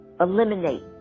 eliminate